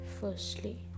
firstly